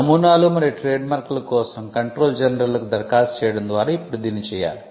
నమూనాలు మరియు ట్రేడ్మార్క్ ల కోసం కంట్రోలర్ జనరల్కు దరఖాస్తు చేయడం ద్వారా ఇప్పుడు దీన్ని చేయాలి